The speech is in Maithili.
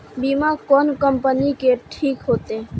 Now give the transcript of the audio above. बीमा कोन कम्पनी के ठीक होते?